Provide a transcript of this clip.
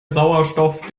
sauerstoff